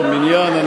טוב, מניין.